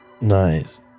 nice